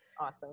Awesome